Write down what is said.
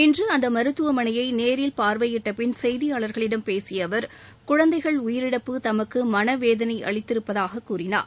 இன்று அந்த மருத்துவமளையை நேரில் பார்வையிட்ட பின் செய்தியாளர்களிடம் பேசிய அவர் குழந்தைகள் உயிரிழப்பு தமக்கு மன வேதனை அளித்திருப்பதாக கூறினார்